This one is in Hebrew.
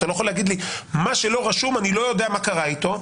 אתה לא יכול להגיד לי: מה שלא רשום אני לא יודע מה קרה איתו,